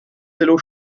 dello